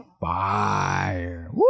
fire